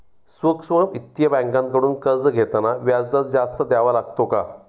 सूक्ष्म वित्तीय बँकांकडून कर्ज घेताना व्याजदर जास्त द्यावा लागतो का?